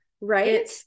right